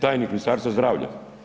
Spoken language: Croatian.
Tajnik Ministarstva zdravlja?